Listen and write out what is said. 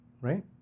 right